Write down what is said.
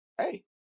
hey